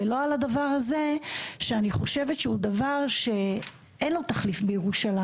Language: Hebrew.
ולא על הדבר הזה שאני חושבת שהוא דבר שאין לו תחליף בירושלים.